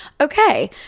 okay